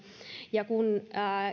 kun